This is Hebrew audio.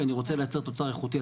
כי אני רוצה לייצר תוצר איכותי.